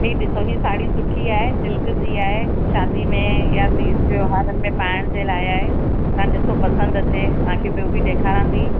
हीअ ॾिसो हीअ साड़ी सुठी आहे सिल्क जी आहे शादी में या तीज त्योहरनि ते पाइणु जे लाइ आहे तव्हां ॾिसो पसंदि अचे तव्हां खे ॿियो बि ॾेखारियां थी